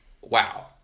Wow